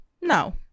No